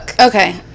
Okay